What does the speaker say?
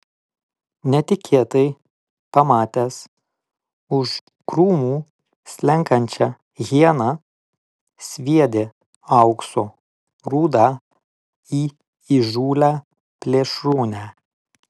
netikėtai pamatęs už krūmų slenkančią hieną sviedė aukso rūdą į įžūlią plėšrūnę